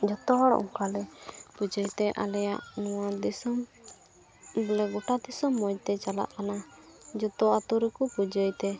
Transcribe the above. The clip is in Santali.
ᱡᱚᱛᱚ ᱦᱚᱲ ᱚᱱᱠᱟᱞᱮ ᱯᱩᱡᱟᱹᱭᱛᱮ ᱟᱞᱮᱭᱟᱜ ᱱᱚᱣᱟ ᱫᱤᱥᱚᱢ ᱵᱚᱞᱮ ᱜᱚᱴᱟ ᱫᱤᱥᱚᱢ ᱢᱚᱡᱽᱛᱮ ᱪᱟᱞᱟᱜ ᱠᱟᱱᱟ ᱡᱚᱛᱚ ᱟᱹᱛᱩ ᱨᱮᱠᱚ ᱯᱩᱡᱟᱹᱭᱛᱮ